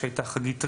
חגית רשף,